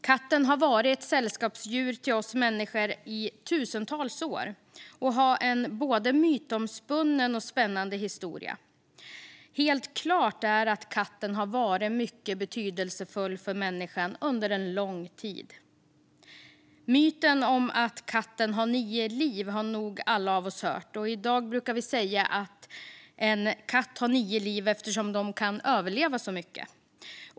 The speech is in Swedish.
Katten har varit sällskapsdjur hos oss människor i tusentals år och har en både mytomspunnen och spännande historia. Helt klart är att katten har varit mycket betydelsefull för människan under lång tid. Myten att katten har nio liv har nog alla av oss hört. I dag brukar vi säga att en katt har nio liv eftersom den kan överleva så mycket.